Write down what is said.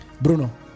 Bruno